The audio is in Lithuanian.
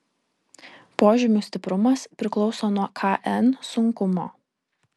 požymių stiprumas priklauso nuo kn sunkumo